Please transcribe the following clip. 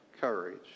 courage